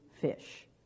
fish